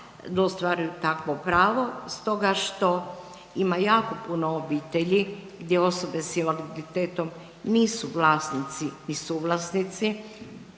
ostvaruju takvo pravo stoga što ima jako puno obitelji gdje osobe s invaliditetom nisu vlasnici ni suvlasnici,